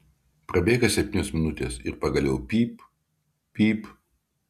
prabėga septynios minutės ir pagaliau pyp pyp